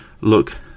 Look